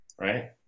right